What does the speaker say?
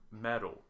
metal